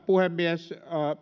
puhemies